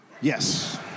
Yes